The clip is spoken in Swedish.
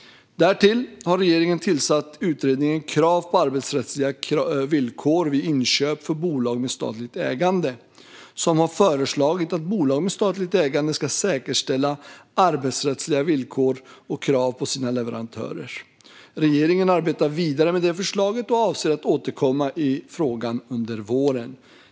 Därtill har regeringen tillsatt utredningen Krav på arbetsrättsliga villkor vid inköp för bolag med statligt ägande som har föreslagit att bolag med statligt ägande ska säkerställa arbetsrättsliga villkor och krav på sina leverantörer. Regeringen arbetar vidare med förslaget och avser att återkomma i frågan under våren.